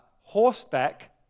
horseback